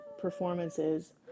performances